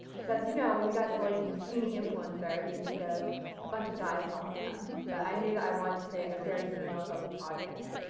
because as you know when you guys probably think bikini influencer you think of a bunch of guys following them, but i knew that i wanted to create a very female focused audience.